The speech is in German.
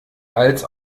als